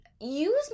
use